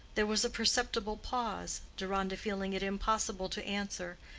there was a perceptible pause, deronda feeling it impossible to answer,